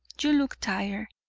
you look tired,